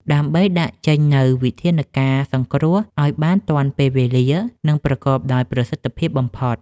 ដើម្បីដាក់ចេញនូវវិធានការសង្គ្រោះឱ្យបានទាន់ពេលវេលា និងប្រកបដោយប្រសិទ្ធភាពបំផុត។